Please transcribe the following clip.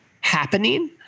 happening